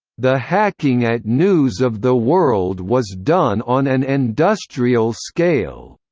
the hacking at news of the world was done on an industrial scale.